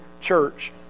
church